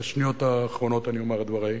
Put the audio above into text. בשניות האחרונות שאני אומר את דברי,